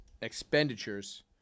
expenditures